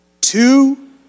two